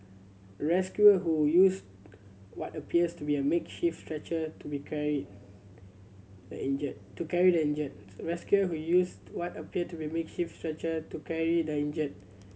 rescuer who used what appears to be a makeshift stretcher to be carry the injured to carry the injured rescuer who used what appeared to be makeshift stretcher to carry the injured